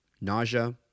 nausea